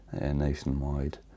nationwide